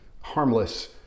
harmless